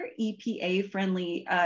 EPA-friendly